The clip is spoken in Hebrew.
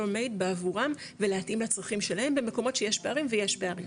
בעבורם ולהתאים לצרכים שלהם במקומות שיש פערים ויש פערים.